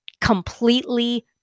completely